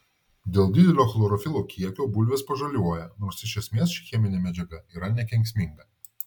dėl didelio chlorofilo kiekio bulvės pažaliuoja nors iš esmės ši cheminė medžiaga yra nekenksminga